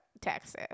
Texas